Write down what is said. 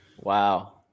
Wow